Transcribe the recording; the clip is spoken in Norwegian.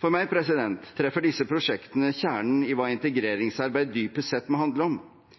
For meg treffer disse prosjektene kjernen i hva integreringsarbeid dypest sett må handle om,